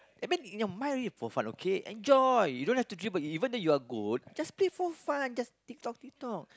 I mean in your mind already for fun okay enjoy you don't have to dribble even though your are good just play of fun just tick tock tick tock